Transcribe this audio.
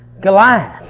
Goliath